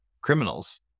criminals